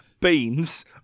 beans